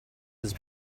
it’s